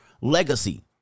legacy